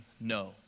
no